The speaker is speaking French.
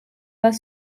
pas